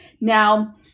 Now